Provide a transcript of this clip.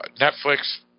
Netflix